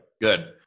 good